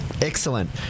excellent